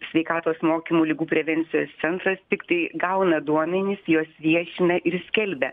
sveikatos mokymų ligų prevencijos centras tiktai gauna duomenis juos viešina ir skelbia